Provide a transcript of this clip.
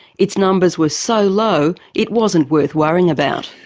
its numbers were so low it wasn't worth worrying about.